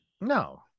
No